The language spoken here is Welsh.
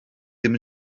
ddim